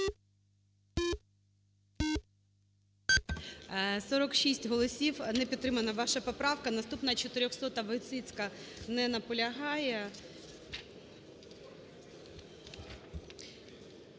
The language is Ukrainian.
46 голосів. Не підтримана ваша поправка. Наступна 400-а.Войціцька. Не наполягає.